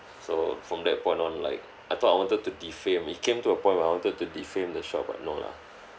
so from that point on like I thought I wanted to defame it came to a point where I wanted to defame the shop but no lah